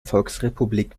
volksrepublik